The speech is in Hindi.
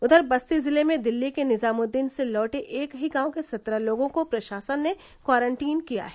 उधर बस्ती जिले में दिल्ली के निजामुद्दीन से लौटे एक ही गांव के सत्रह लोगों को प्रशासन ने क्वारंटीन किया है